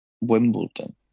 Wimbledon